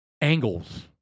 angles